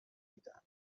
میدم